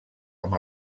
amb